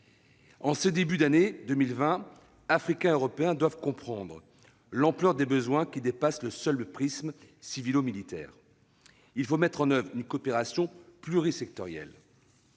En ce début d'année 2020, Africains et Européens doivent comprendre l'ampleur des besoins, qui dépassent le seul prisme « civilo-militaire ». Il faut mettre en oeuvre une coopération plurisectorielle.